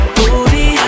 Booty